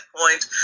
point